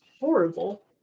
horrible